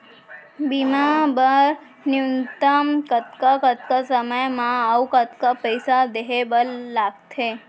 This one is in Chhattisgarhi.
बीमा बर न्यूनतम कतका कतका समय मा अऊ कतका पइसा देहे बर लगथे